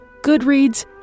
Goodreads